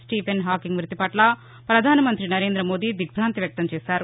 Stephen Hawking మృతి పట్ల పధాన మంగ్రి నరేంద మోదీ దిగ్భాంది వ్యక్తం చేశారు